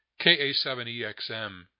KA7EXM